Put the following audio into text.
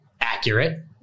accurate